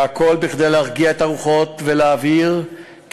והכול כדי להרגיע את הרוחות ולהבהיר כי